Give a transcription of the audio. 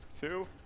Two